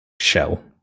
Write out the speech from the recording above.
shell